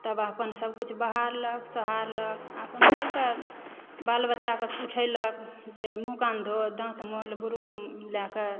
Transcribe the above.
तब अपन सभ किछु बहारलक सोहारलक अपन सभकेँ बाल बच्चाकेँ उठैलक जे मुहँ कान धो दाँत मल बुरुश लयकऽ